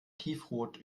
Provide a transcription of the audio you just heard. tiefrot